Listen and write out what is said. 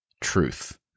truth